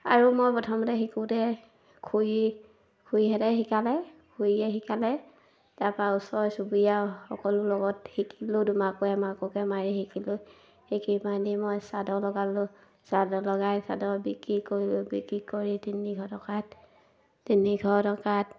আৰু মই প্ৰথমতে শিকোঁতে খুৰী খুৰীহঁতে শিকালে খুৰীয়ে শিকালে তাৰপৰা ওচৰ চুবুৰীয়া সকলো লগত শিকিলোঁ দুমাকো এমাকোকৈ মাৰি শিকিলোঁ শিকি পিনি মই চাদৰ লগালোঁ চাদৰ লগাই চাদৰ বিক্ৰী কৰিলোঁ বিক্ৰী কৰি তিনিশ টকাত তিনিশ টকাত